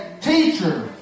Teacher